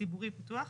ציבורי פתוח,